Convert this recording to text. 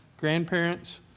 Grandparents